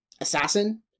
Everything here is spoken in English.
assassin